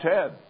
Ted